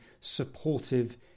supportive